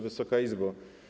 Wysoka Izbo!